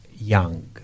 Young